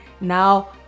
now